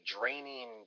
draining